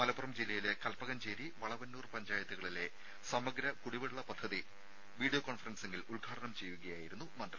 മലപ്പുറം ജില്ലയിലെ കൽപ്പകഞ്ചേരി വളവന്നൂർ പഞ്ചായത്തുകളിലെ സമഗ്ര കുടിവെള്ള പദ്ധതി വീഡിയോ കോൺഫറൻസിംഗിലിൽ ഉദ്ഘാടനം ചെയ്യുകയായിരുന്നു മന്ത്രി